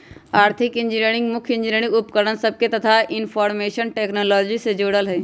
आर्थिक इंजीनियरिंग मुख्य इंजीनियरिंग उपकरण सभके कथा इनफार्मेशन टेक्नोलॉजी से जोड़ल हइ